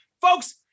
Folks